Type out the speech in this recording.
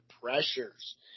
pressures